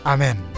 Amen